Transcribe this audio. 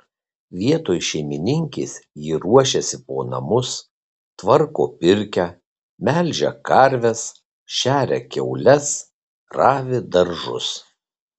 vietoj šeimininkės ji ruošiasi po namus tvarko pirkią melžia karves šeria kiaules ravi daržus